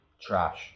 Trash